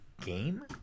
game